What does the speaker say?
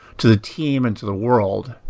to the team and to the world?